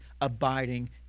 abiding